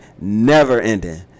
Never-ending